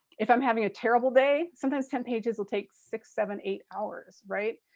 if i'm having a terrible day, sometimes ten pages will take six, seven, eight hours right,